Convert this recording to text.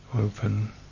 open